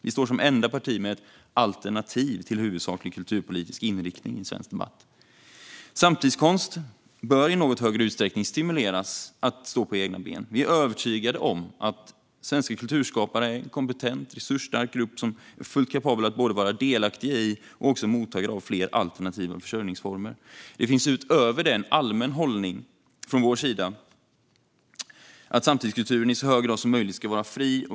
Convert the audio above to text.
Vi står som enda parti med ett alternativ till huvudsaklig kulturpolitisk inriktning i svensk debatt. Samtidskonsten bör i något högre utsträckning stimuleras att stå på egna ben. Vi är övertygade om att svenska kulturskapare är en kompetent och resursstark grupp som är fullt kapabel att vara både delaktig i och mottagare av fler alternativa försörjningsformer. Det finns utöver det en allmän hållning från vår sida att samtidskulturen i så hög grad som möjligt ska vara fri.